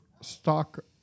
stock